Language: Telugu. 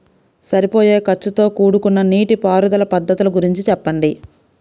సరిపోయే ఖర్చుతో కూడుకున్న నీటిపారుదల పద్ధతుల గురించి చెప్పండి?